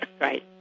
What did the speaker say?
Right